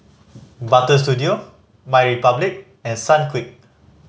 Butter Studio MyRepublic and Sunquick